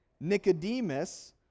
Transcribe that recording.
Nicodemus